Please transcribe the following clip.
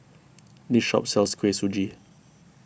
this shop sells Kuih Suji